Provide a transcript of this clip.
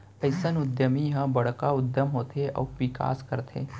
अइसन उद्यमी ह बड़का उद्यम होथे अउ बिकास करथे